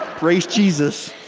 praise jesus.